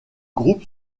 groupe